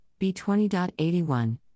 B20.81